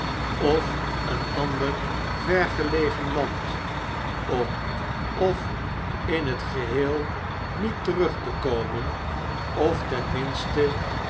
of een ander vergelegen land om df in het geheel niet terug te komen of